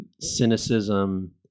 cynicism